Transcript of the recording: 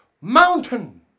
mountain